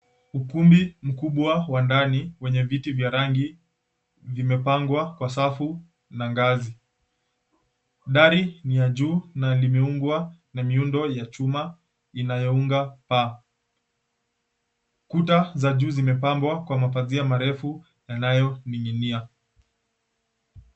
Ukumbi mkubwa wa ndani wenye viti vya rangi vimepangwa kwa safu na ngazi, dari ni ya juu imeundwa na miundwa na miundo ya chuma inayounda paa, kuta za juu zimepambwa kwa mapazia marefu yanayong'inia.